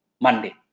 Monday